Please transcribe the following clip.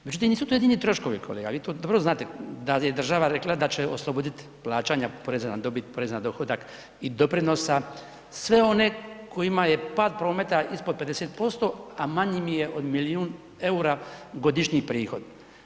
Međutim, nisu to jedini troškovi kolega, vi to dobro znate da li je država rekla da će osloboditi plaćanja poreza na dobit, poreza na dohodak i doprinosa sve one kojima je pad prometa ispod 50%, a manji im je od milijun EUR-a godišnji prihod.